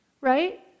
right